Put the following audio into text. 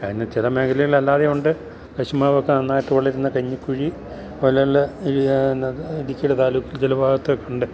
അതിനു മേഖലയിലല്ലാതെയുണ്ട് കശുമാവൊക്കെ നന്നായിട്ടു വളരുന്ന കഞ്ഞിക്കുഴി പോലുള്ള ഇടുക്കിയുടെ താലൂക്ക് ചില ഭാഗത്തൊക്കെ ഉണ്ട്